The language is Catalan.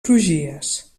crugies